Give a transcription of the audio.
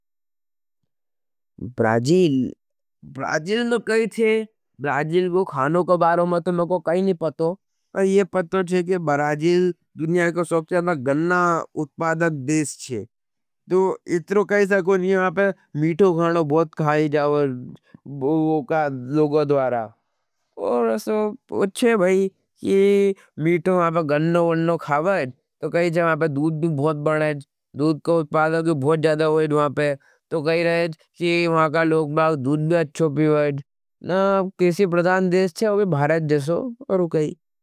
ब्राजिल में कही थे, ब्राजिल को खानों के बारों में तो मैं को कही नहीं पतो। पर ये पतो थे कि ब्राजिल दुनिया को सबस्यादा गन्ना उत्पादक देश थे। तो इत्रो कही सकोँगी यहापे मीठो खानों बहुत कहाई जावर लोगों द्वारा। और पुछे भाई कि मीठों गन्नों वन्नों खावाई तो कही जावर दूद भूत बढ़ाईज। दूद को उतपादक बहुत जादा होईज वहाँ पे तो कही जावर का लोग बाग दूद भी अच्छो पिवाईज। ना केसी प्रदान देश थे होगे भारत जसो और उकही।